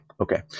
Okay